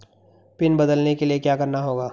Pin बदलने के लिए क्या करना होगा?